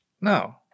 No